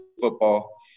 football